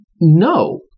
No